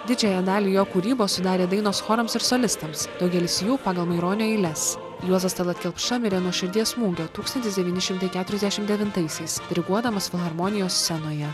didžiąją dalį jo kūrybos sudarė dainos chorams ir solistams daugelis jų pagal maironio eiles juozas tallat kelpša mirė nuo širdies smūgio tūkstantis devyni šimtai katuriasdešim devintaisiais diriguodamas filharmonijos scenoje